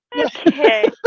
Okay